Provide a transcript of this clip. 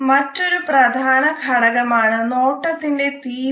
മറ്റൊരു പ്രധാന ഘടകം ആണ് നോട്ടത്തിന്റെ തീവ്രത